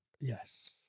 yes